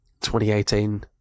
2018